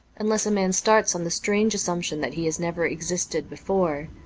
unless a man starts on the strange assumption that he has never existed before,